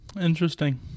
Interesting